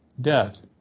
death